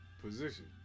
position